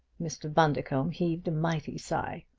mr. bundercombe heaved a mighty sigh.